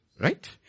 right